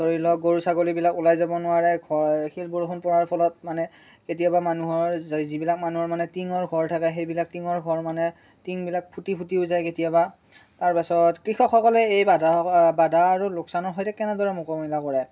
ধৰি লওক গৰু ছাগলীবিলাক ওলাই যাব নোৱাৰে শিল বৰষুণ পৰাৰ ফলত মানে কেতিয়াবা মানুহৰ যিবিলাক মানুহৰ মানে টিঙৰ ঘৰ থাকে সেইবিলাক টিঙৰ ঘৰ মানে টিঙবিলাক ফুটি ফুটিও যায় কেতিয়াবা তাৰপাছত কৃষকসকলে এই বাধা বাধা আৰু লোকচানৰ সৈতে কেনেদৰে মোকাবিলা কৰে